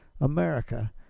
America